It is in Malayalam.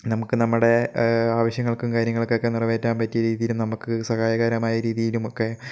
നമുക്ക് നമ്മുടെ ആവശ്യങ്ങൾക്കും കാര്യങ്ങൾക്കൊക്കെ നിറവേറ്റാൻ പറ്റിയ രീതിയിൽ നമുക്ക് സഹായകരമായ രീതിയിലുമൊക്കെ